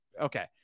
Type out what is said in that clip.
Okay